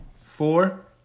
four